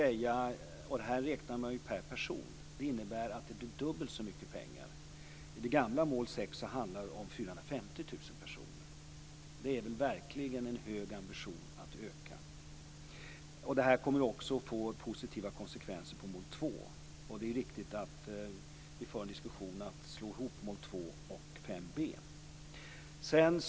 Här räknar man per person. Det innebär att det blir dubbelt så mycket pengar. I det gamla mål 6 handlade det om 450 000 personer. Det är väl verkligen en hög ambition när det gäller att öka inflödet? Detta kommer också att få positiva konsekvenser för mål 2. Det är riktigt att vi för en diskussion om att slå ihop mål 2 och mål 5 b.